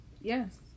Yes